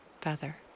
feather